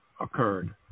occurred